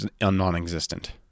non-existent